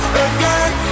again